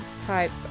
type